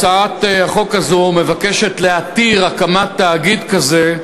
הצעת החוק הזאת מבקשת להתיר הקמת תאגיד כזה,